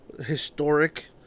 historic